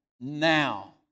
Now